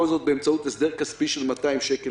כל זאת באמצעות הסדר כספי של 200 שקל